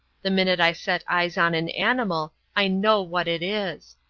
the minute i set eyes on an animal i know what it is.